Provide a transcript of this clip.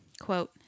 Quote